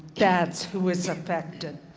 that's who is affected.